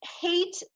hate